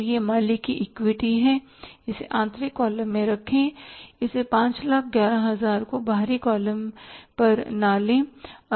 तो यह मालिक की इक्विटी है इसे आंतरिक कॉलम में रखें इसे 511000 को बाहरी कॉलम पर न लें